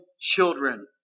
children